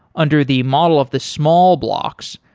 under the model of the small blocks,